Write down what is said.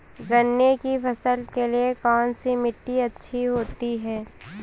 गन्ने की फसल के लिए कौनसी मिट्टी अच्छी होती है?